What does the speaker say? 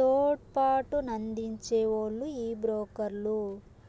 తోడ్పాటునందించే ఓల్లు ఈ బ్రోకర్లు